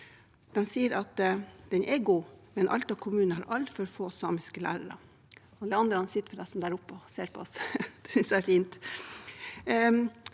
De sier at den er god, men at Alta kommune har altfor få samiske lærere. Leander sitter forresten der oppe og ser på oss, det synes jeg er fint.